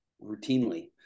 routinely